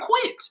quit